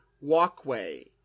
walkway